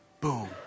Boom